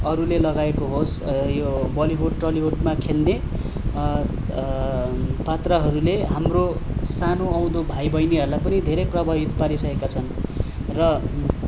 अरूले लगाएको होस् यो बलिवुड टलिवुडमा खेल्ने पात्रहरूले हाम्रो सानो आउँदो भाइ बहिनीहरूलाई पनि धेरै प्रभावित पारिसकेका छन् र